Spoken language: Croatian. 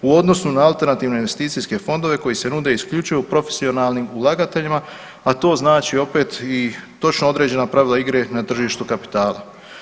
U odnosu na alternativne investicijske fondove koji se nude isključivo profesionalnim ulagateljima, a to znači opet i točno određena pravila igre na tržištu kapitala.